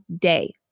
day